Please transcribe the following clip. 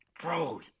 Bro